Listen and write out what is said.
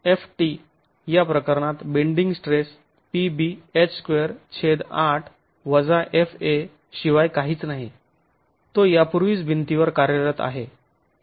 तर ft या प्रकरणात bending stress pb h28 fa शिवाय काहीच नाही तो यापूर्वीच भिंतीवर कार्यरत आहे